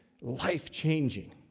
life-changing